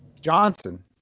Johnson